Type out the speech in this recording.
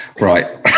Right